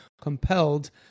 compelled